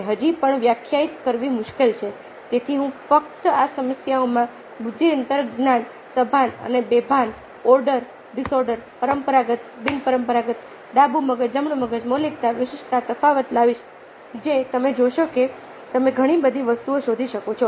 હજી પણ વ્યાખ્યાયિત કરવી મુશ્કેલ છે તેથી હું ફક્ત આ સમસ્યાઓમાં બુદ્ધિ અંતર્જ્ઞાન સભાન અને બેભાન ઓર્ડર ડિસઓર્ડર પરંપરાગત બિનપરંપરાગત ડાબું મગજ જમણું મગજ મૌલિકતા વિશિષ્ટતા તફાવત લાવીશ જે તમે જોશો કે તમે ઘણી બધી વસ્તુઓ શોધી શકો છો